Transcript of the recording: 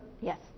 Yes